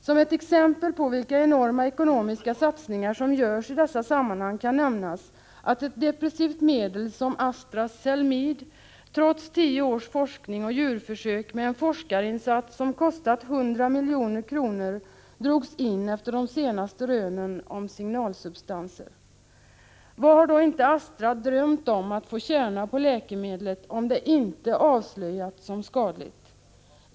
Som ett exempel på vilka enorma ekonomiska satsningar som görs i dessa sammanhang kan nämnas att ett antidepressivt medel som Astras Zelmid trots tio års forskning och djurförsök med en forskarinsats som kostat 100 milj.kr. drogs in efter de senaste rönen om signalsubstanser. Vad hade då inte Astra drömt om att få tjäna på läkemedlet om det inte hade avslöjats som skadligt?